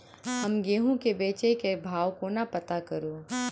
हम गेंहूँ केँ बेचै केँ भाव कोना पत्ता करू?